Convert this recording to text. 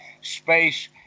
space